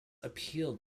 appealed